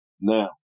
Now